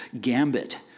gambit